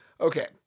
Okay